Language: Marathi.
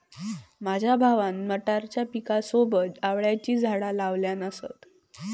माझ्या भावान मटारच्या पिकासोबत आवळ्याची झाडा लावल्यान असत